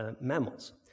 mammals